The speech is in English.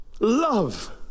Love